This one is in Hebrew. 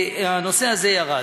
הנושא הזה ירד.